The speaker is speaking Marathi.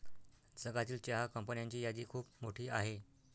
जगातील चहा कंपन्यांची यादी खूप मोठी आहे